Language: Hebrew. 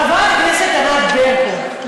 חברת הכנסת ענת ברקו,